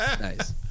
Nice